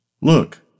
Look